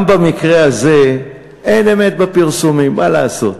גם במקרה הזה אין אמת בפרסומים, מה לעשות,